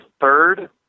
third